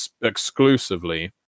exclusively